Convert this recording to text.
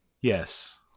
Yes